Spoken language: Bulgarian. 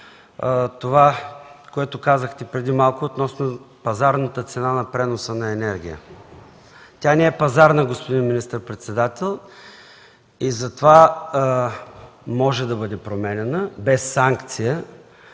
казаното от Вас преди малко относно пазарната цена на преноса на енергия. Тя не е пазарна, господин министър-председател, и затова може да бъде променяна без санкция.